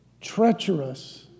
treacherous